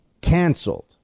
canceled